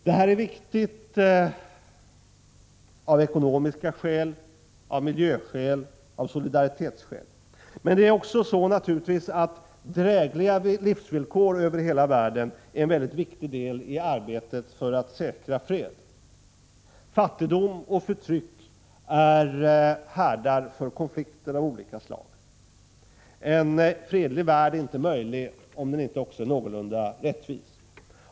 Det här är viktigt av ekonomiska skäl, miljöskäl och solidaritetsskäl. Men det är naturligtvis också så, att drägliga livsvillkor över hela världen är en mycket viktig del i arbetet för att säkra fred. Fattigdom och förtryck är härdar för konflikter av olika slag. En fredlig värld är inte möjlig om den inte också är någorlunda rättvis.